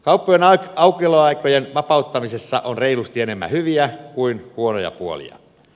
kauppojen aukioloaikojen vapauttamisessa on reilusti enemmän hyviä kuin huonoja puolia